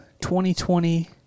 2020